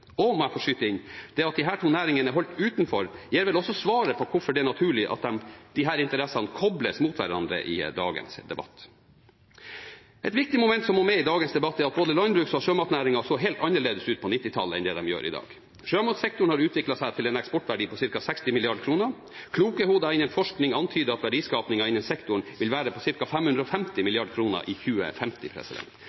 Og – må jeg få skyte inn – det at disse to næringene er holdt utenfor, gir vel også svaret på hvorfor det er naturlig at disse interessene kobles mot hverandre i dagens debatt. Et viktig moment som må med i dagens debatt, er at både landbruksnæringen og sjømatnæringen så helt annerledes ut på 1990-tallet enn det de gjør i dag. Sjømatsektoren har utviklet seg til å ha en eksportverdi på ca. 60 mrd. kr. Kloke hoder innen forskning antyder at verdiskapingen innen sektoren vil være på ca. 550 mrd. kr i 2050.